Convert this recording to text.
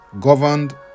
governed